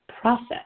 process